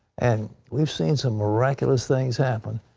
and we've seen some miraculous things happen.